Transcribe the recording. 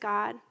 God